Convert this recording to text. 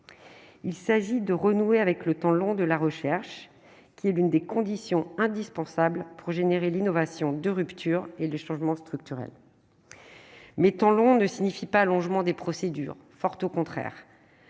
il s'agit de renouer avec le temps long, de la recherche qui est l'une des conditions indispensables pour générer l'innovation de rupture et le changement structurel mais tant l'on ne signifie pas allongement des procédures forte au contraire